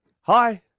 Hi